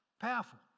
powerful